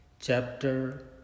Chapter